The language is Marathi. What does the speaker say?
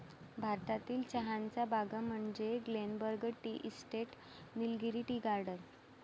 भारतातील चहाच्या बागा म्हणजे Glenburn tea estate, Nilgiri tea garden